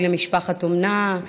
היא למשפחת אומנה,